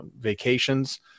vacations